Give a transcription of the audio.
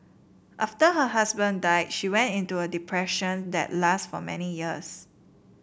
after her husband died she went into a depression that lasted for many years